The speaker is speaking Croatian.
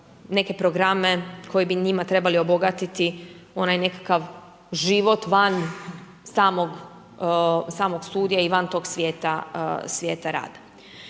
neke programe koji bi njima trebali obogatiti onaj nekakav život van samog studija i van tog svijeta,